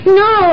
no